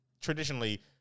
traditionally